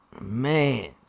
Man